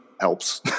helps